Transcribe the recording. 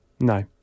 No